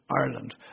Ireland